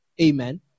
amen